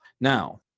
Now